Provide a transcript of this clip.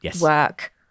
work